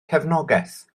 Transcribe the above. cefnogaeth